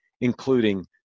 including